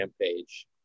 page